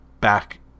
back